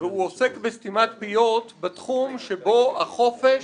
והוא עוסק בסתימת פיות בתחום שבו החופש